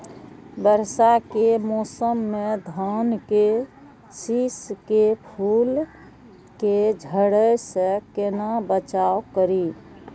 वर्षा के मौसम में धान के शिश के फुल के झड़े से केना बचाव करी?